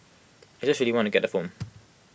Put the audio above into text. I just really want to get the phone